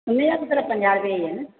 हुनजा त सिर्फ़ु पंजाह रुपया ई आहिनि